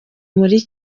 muri